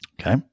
Okay